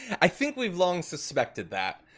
i think we've long suspected that.